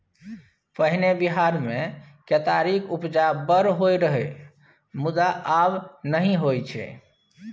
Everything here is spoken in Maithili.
पहिने बिहार मे केतारीक उपजा बड़ होइ रहय मुदा आब नहि होइ छै